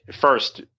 first